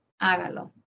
hágalo